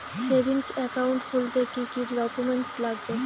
Savings account খুলতে কি কি ডকুমেন্টস লাগবে?